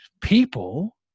people